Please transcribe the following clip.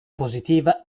positiva